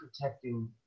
protecting